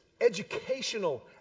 educational